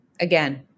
Again